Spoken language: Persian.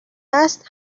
است